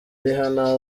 rihanna